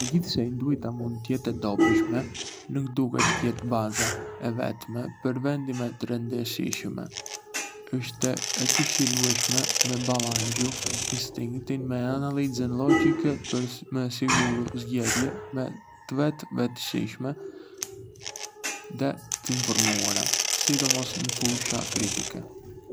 Megjithëse intuita mund të jetë e dobishme, ngë duhet të jetë baza e vetme për vendime të rëndësishme. Asht e këshillueshme me balancu instinktin me analizën logjike për me siguru zgjedhje më të vetëdijshme dhe të informuara, sidomos në fusha kritike.